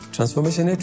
Transformation